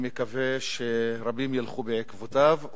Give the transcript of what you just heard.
אני מקווה שרבים ילכו בעקבותיו,